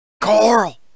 Carl